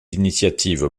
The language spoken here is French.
initiatives